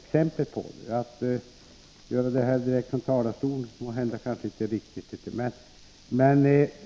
Men det får vi kanske diskutera efteråt, för det är måhända inte riktigt att göra det här från talarstolen.